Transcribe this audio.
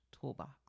toolbox